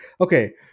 Okay